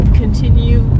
continue